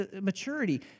Maturity